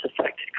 affected